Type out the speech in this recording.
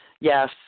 yes